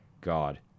God